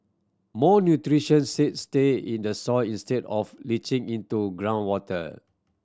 more nutrition say stay in the soil instead of leaching into groundwater